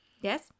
Yes